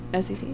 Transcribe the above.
SEC